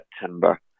September